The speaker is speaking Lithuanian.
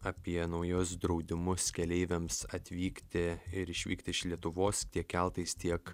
apie naujus draudimus keleiviams atvykti ir išvykti iš lietuvos tiek keltais tiek